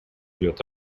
идет